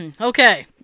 Okay